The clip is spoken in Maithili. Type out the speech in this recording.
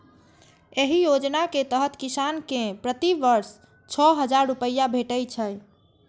एहि योजना के तहत किसान कें प्रति वर्ष छह हजार रुपैया भेटै छै